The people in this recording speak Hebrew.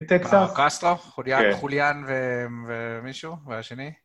מטקסס, קסטח, חוליאן.. חוליאן ו.. ואמ.. מישהו והשני.